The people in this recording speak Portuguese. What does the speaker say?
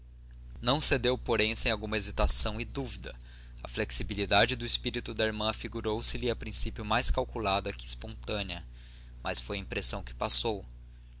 não cedeu porém sem alguma hesitação e dúvida a flexibilidade do espírito da irmã afigurou se lhe a princípio mais calculada que espontânea mas foi impressão que passou